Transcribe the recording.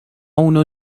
اونو